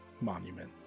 monument